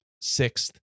sixth